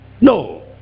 No